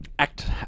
Act